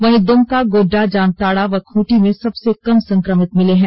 वहीं दुमका गोड्डा जामताड़ा व खूंटी में सबसे कम संक्रमित मिले हैं